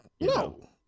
No